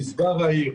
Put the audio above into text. גזבר העיר,